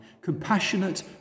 compassionate